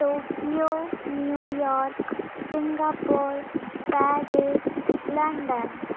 Tokyo New York Singapore Paris London